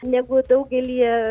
negu daugelyje